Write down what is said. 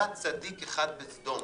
היה צדיק אחד בסדום